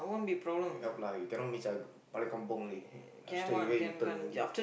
you help lah you cannot means I balik kampung already I straight away u turn already